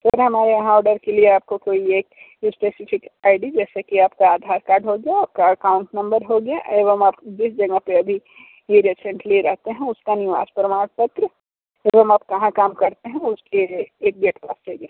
sir हमारे यहाँ order के लिए आपको कोई एक स्पेसिफिक आईडी जैसे कि आपका आधारकार्ड हो गया आपका अकाउंट नंबर हो गया एवं आप जिस जगह पर अभी रिसेंटली रहते हैं उसका निवास प्रमाण पत्र एवं आप कहां काम करते है उसकी एक कॉपी लगेगी